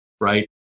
Right